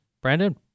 Brandon